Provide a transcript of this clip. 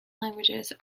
languages